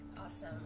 awesome